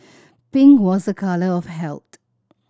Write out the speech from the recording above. pink was a colour of health